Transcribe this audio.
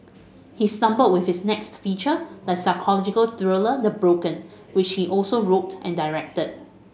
he stumbled with his next feature the psychological thriller The Broken which he also wrote and directed